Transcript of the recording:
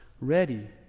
ready